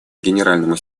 генеральному